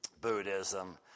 Buddhism